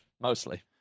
mostly